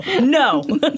no